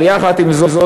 אבל יחד עם זאת,